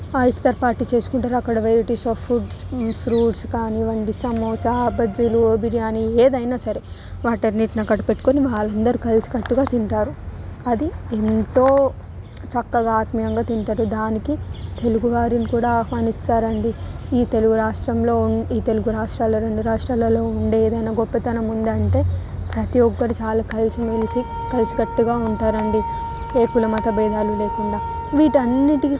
వాళ్లు ఇఫ్తార్ పార్టీ చేసుకుంటారు అక్కడ వెరైటీస్ ఆఫ్ ఫుడ్స్ ఫ్రూట్స్ కానివ్వండి సమోసా బజ్జీలు బిర్యానీలు ఏదైనా సరే వాటి అన్నింటినీ అక్కడ పెట్టుకొని వాళ్ళందరు కలిసికట్టుగా తింటారు అది ఎంతో చక్కగా ఆత్మీయంగా తింటారు దానికి తెలుగువారిని కూడా ఆహ్వానిస్తారండి ఈ తెలుగు రాష్ట్రంలో ఉం ఈ తెలుగు రాష్ట్రాలలో రెండు రాష్ట్రాలలో ఉండే ఏదైనా గొప్పతనం ఉందా అంటే ప్రతి ఒక్కరు చాలా కలిసిమెలిసి కలిసికట్టుగా ఉంటారు అండి ఏ కులమత బేధాలు లేకుండా వీటి అన్నింటికి